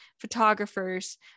photographers